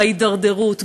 בהידרדרות,